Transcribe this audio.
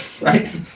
right